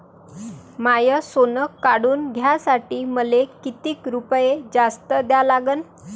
माय सोनं काढून घ्यासाठी मले कितीक रुपये जास्त द्या लागन?